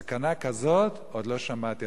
סכנה כזאת עוד לא שמעתי.